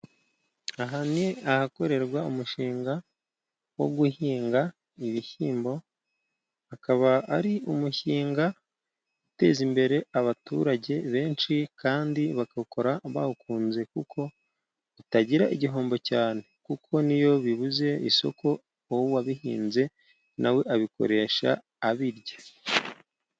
Aha ni ahakorerwa umushinga wo guhinga ibishyimbo, ukaba ari umushinga uteza imbere abaturage benshi, kandi bakawukora bawukunze kuko bitagira igihombo cyane, kuko n'iyo bibuze isoko uwo wabihinze na we abikoresha abirya.